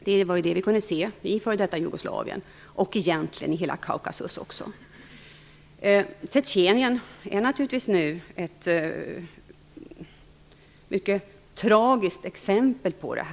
Det kunde vi ju se i f.d. Jugoslavien - egentligen i hela Kaukasus också. Tjetjenien är ett mycket tragiskt exempel på det.